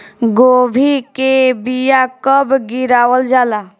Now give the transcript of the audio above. गोभी के बीया कब गिरावल जाला?